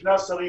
לשני השרים,